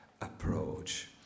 approach